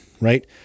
right